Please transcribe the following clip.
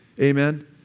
amen